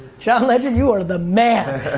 john legend, you are the man!